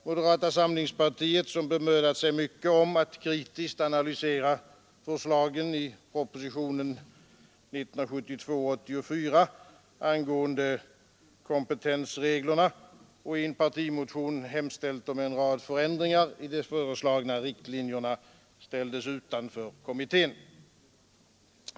Moderata samlingspartiet, som bemödat sig mycket om att kritiskt analysera förslagen i propositionen 1972:84 angående kompetensreglerna och i en partimotion hemställt om en rad förändringar i de föreslagna riktlinjerna, ställdes utanför kommittén.